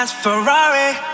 ferrari